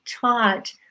taught